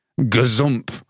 gazump